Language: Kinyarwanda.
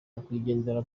nyakwigendera